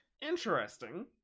Interesting